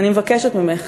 אני מבקשת ממך,